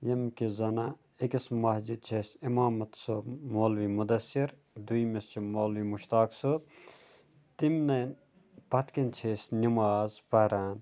ییٚمہ کہِ زَنا أکِس مَسجِد چھ اَسہِ اِمامَت سُہ مولوی مُدَثِر دوٚیٚمِس چھُ مولوی مُشتاق صٲب تمنے پَتکَن چھِ أسۍ نماز پَران